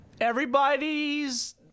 Everybody's